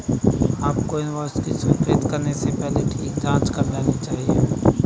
आपको इनवॉइस को स्वीकृत करने से पहले ठीक से जांचना चाहिए